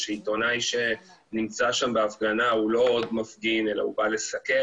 שעיתונאי שנמצא שם בהפגנה הוא לא עוד מפגין אלא הוא בא לסקר